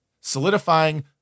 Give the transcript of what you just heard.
solidifying